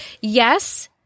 yes